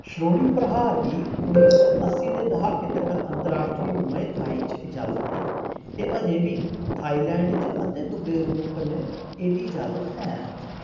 श्रोणि प्रहार गी उन्नी सौ अस्सी दे द्हाके तक्कर अंतरराश्ट्री मय थाई च इजाज़त ही ते अजें बी थाईलैंड च अद्धे दुब्बे रूप कन्नै एह्दी इजाज़त ऐ